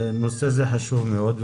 הנושא הזה חשוב מאוד.